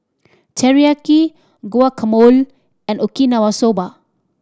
Teriyaki Guacamole and Okinawa Soba